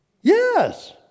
Yes